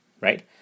right